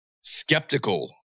skeptical